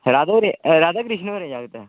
राधा होरें राधा क्रिशन होरें दे जागत